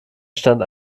stand